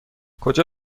کجا